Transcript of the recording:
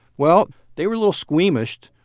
well, they were a little squeamished.